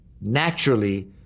naturally